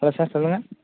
hello sir சொல்லுங்கள்